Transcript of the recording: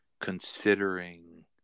considering